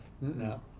No